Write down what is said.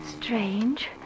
strange